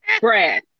Brad